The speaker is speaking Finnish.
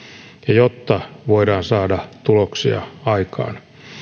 jotta voidaan saada tuloksia aikaan